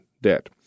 debt